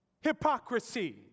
hypocrisy